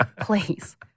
Please